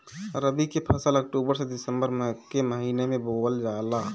रबी के फसल अक्टूबर से दिसंबर के महिना में बोअल जाला